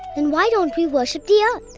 and why don't we worship the earth,